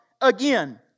again